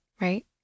right